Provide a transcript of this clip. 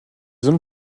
zones